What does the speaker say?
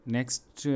Next